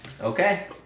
Okay